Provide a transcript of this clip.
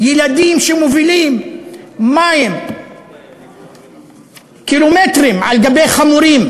ילדים שמובילים מים קילומטרים על גבי חמורים,